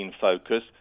focus